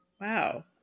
Wow